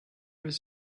has